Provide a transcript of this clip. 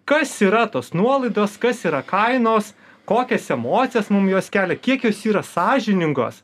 kas yra tos nuolaidos kas yra kainos kokias emocijas mum jos kelia kiek jos yra sąžiningos